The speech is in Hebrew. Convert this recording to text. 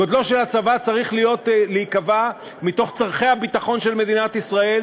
גודלו של הצבא צריך להיקבע מתוך צורכי הביטחון של מדינת ישראל,